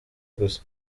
gusa